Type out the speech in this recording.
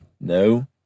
no